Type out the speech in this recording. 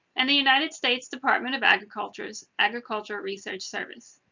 and the united states department of agriculture's agriculture research service.